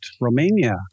Romania